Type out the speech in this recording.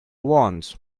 want